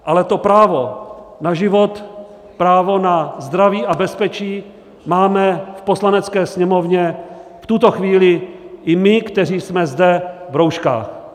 Ale to právo na život, právo na zdraví a bezpečí máme v Poslanecké sněmovně v tuto chvíli i my, kteří jsme zde v rouškách.